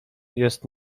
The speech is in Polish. jest